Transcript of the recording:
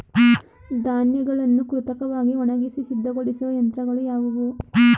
ಧಾನ್ಯಗಳನ್ನು ಕೃತಕವಾಗಿ ಒಣಗಿಸಿ ಸಿದ್ದಗೊಳಿಸುವ ಯಂತ್ರಗಳು ಯಾವುವು?